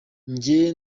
njye